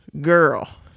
girl